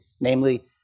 namely